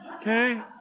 Okay